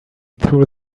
through